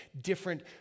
different